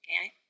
Okay